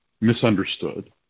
misunderstood